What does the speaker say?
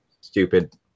stupid